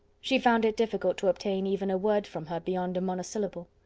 she found it difficult to obtain even a word from her beyond a monosyllable.